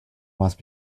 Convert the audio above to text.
must